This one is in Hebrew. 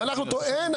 אין,